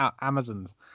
Amazon's